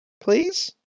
please